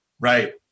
Right